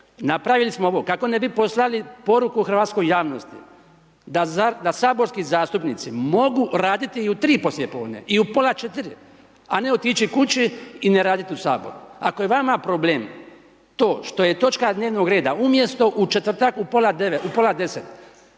napravili smo ovo, kako ne bi poslali poruku hrvatskoj javnosti, da saborski zastupnici mogu raditi i u 3 poslijepodne, i u pola 4, a ne otići kući i ne raditi u Saboru. Ako je vama problem, to što je točka dnevnog reda umjesto u četvrtak u pola 10,